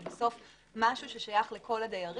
זה בסוף משהו ששייך לכל הדיירים.